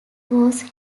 was